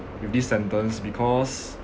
with this sentence because